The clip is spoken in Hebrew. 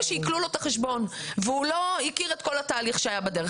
שעיקלו לו את החשבון והוא לא הכיר את כל התהליך שהיה בדרך.